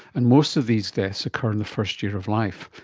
and most of these deaths occur in the first year of life.